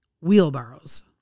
wheelbarrows